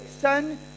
son